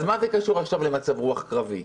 אז מה זה קשור עכשיו למצב רוח קרבי?